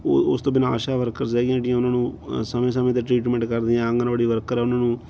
ਉਹ ਉਸ ਤੋਂ ਬਿਨਾ ਆਸ਼ਾ ਵਰਕਰਸ ਹੈਗੀਆਂ ਜਿਹੜੀਆਂ ਉਹਨਾਂ ਨੂੰ ਸਮੇਂ ਸਮੇਂ 'ਤੇ ਟ੍ਰੀਟਮੈਂਟ ਕਰਦੀਆਂ ਆਂਗਣਵਾੜੀ ਵਰਕਰ ਆ ਉਹਨਾਂ ਨੂੰ